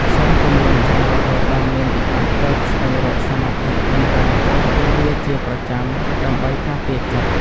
សូមកុំរង់ចាំរហូតដល់មានវិបត្តិទើបស្វែងរកសមាធិប៉ុន្តែត្រូវធ្វើវាជាប្រចាំដើម្បីការពារចិត្ត។